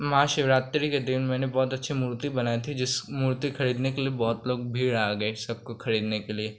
महाशिवरात्रि के दिन मैंने बहोत अच्छी मूर्ति बनाई थी जिस मूर्ति खरीदने के लिए बहुत लोग भीड़ आ गई सबको खरीदने के लिए